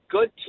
Good